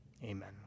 Amen